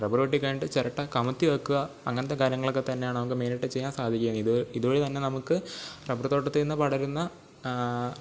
rubber വെട്ടിക്കഴിഞ്ഞിട്ട് ചിരട്ട കമത്തിൽ വെക്കാൻ അങ്ങനത്തെ കാര്യങ്ങൾ ഒക്കെ തന്നെയാണ് നമുക്ക് മെയിനായിട്ട് ചെയ്യാൻ സാധിക്കുക ഇതുവഴി തന്നെ നമുക്ക് റബര് തോട്ടത്തിൽ നിന്ന് പടരുന്ന